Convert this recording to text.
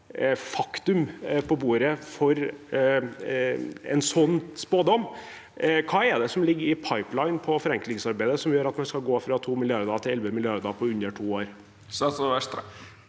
fakta på bordet for en sånn spådom. Hva er det som ligger i «pipelinen» på forenklingsarbeidet som gjør at man skal gå fra 2 mrd. kr til 11 mrd. kr på under to år?